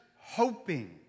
hoping